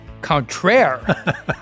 Contraire